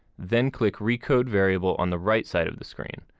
then click recode variable on the right side of the screen.